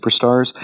superstars